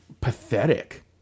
pathetic